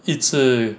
一直